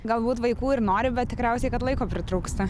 galbūt vaikų ir nori bet tikriausiai kad laiko pritrūksta